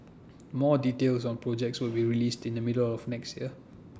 more details on projects will be released in the middle of next year